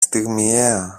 στιγμιαία